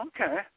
Okay